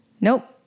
Nope